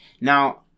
now